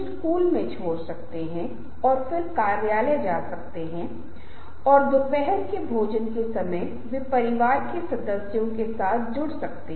कितनी जल्दी वे सोचते हैं कि हमारे दिमाग से निकलता है अब यह एक दिलचस्प बात है क्योंकि यह उस चीज़ से जुड़ा हुआ है जिसे संज्ञानात्मक पूर्वाग्रह के रूप में जाना जाता है